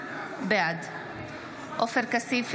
בעד עופר כסיף,